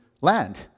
land